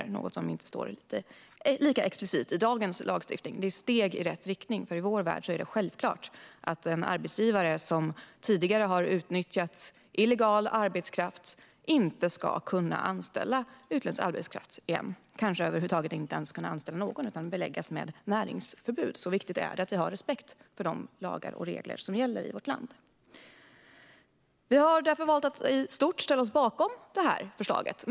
Det är något som inte står lika explicit i dagens lagstiftning. Det är steg i rätt riktning, för i vår värld är det självklart att en arbetsgivare som tidigare har utnyttjat illegal arbetskraft inte ska kunna anställa utländsk arbetskraft igen. Kanske ska man inte ens kunna anställa någon över huvud taget, utan beläggas med näringsförbud. Så viktigt är det att vi har respekt för de lagar och regler som gäller i vårt land. Vi sverigedemokrater har därför valt att i stort ställa oss bakom förslaget.